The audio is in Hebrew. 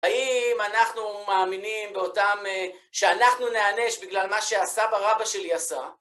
האם אנחנו מאמינים שאנחנו נענש בגלל מה שסבא רבא שלי עשה?